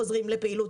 חוזרים לפעילות.